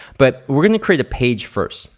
but we're gonna create a page first.